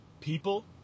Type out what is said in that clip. people